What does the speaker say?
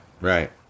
right